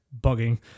bugging